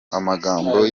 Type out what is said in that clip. amagambo